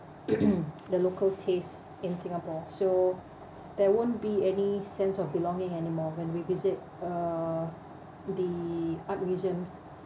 the local taste in singapore so there won't be any sense of belonging anymore when we visit uh the art museums